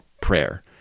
prayer